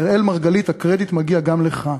אראל מרגלית, הקרדיט מגיע גם לך.